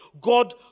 God